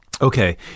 okay